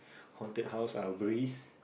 haunted house are a breeze